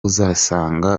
uzasanga